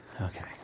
Okay